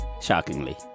Shockingly